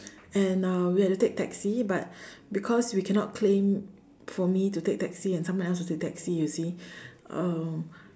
and uh we had to take taxi but because we cannot claim for me to take taxi and someone else to take taxi you see um